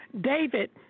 David